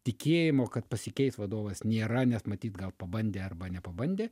tikėjimo kad pasikeis vadovas nėra nes matyt gal pabandė arba nepabandė